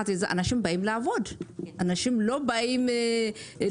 אנשים באים לעבוד.